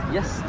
Yes